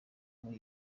muri